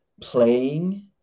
playing